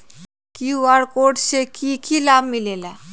QR code से कि कि लाव मिलेला?